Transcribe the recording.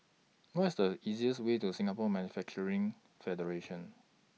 What IS The easiest Way to Singapore Manufacturing Federation